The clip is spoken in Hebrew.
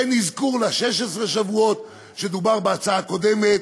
אין אזכור ל-16 השבועות שדובר עליהם בהצעה הקודמת.